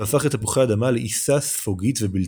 והפך את תפוחי האדמה לעיסה ספוגית ובלתי ובלתי אכילה.